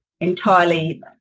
entirely